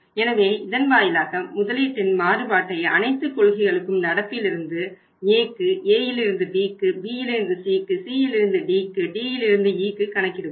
எனவே இதன் வாயிலாக முதலீட்டின் மாறுபாட்டை அனைத்து கொள்கைகளுக்கும் நடப்பிலிருந்து Aக்கு Aயிலிருந்து Bக்கு Bயிலிருந்து Cக்கு Cயிலிருந்து Dக்கு Dயிலிருந்து Eக்கு கணக்கிடுவோம்